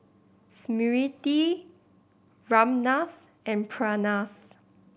Smriti Ramnath and Pranav